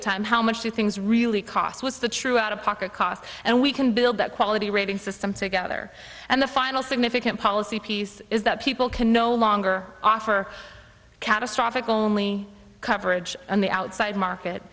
t time how much do things really cost was the true out of pocket cost and we can build that quality rating system together and the final significant policy piece is that people can no longer offer catastrophic only coverage on the outside market